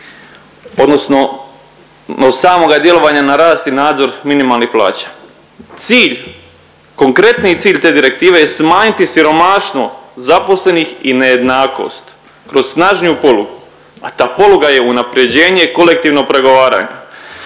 odnosno od samoga djelovanja na rast i nadzor minimalnih plaća. Cilj konkretniji cilj te direktive je smanjiti siromaštvo zaposlenih i nejednakost kroz snažniju polugu. A ta poluga je unapređenje kolektivnog pregovaranja.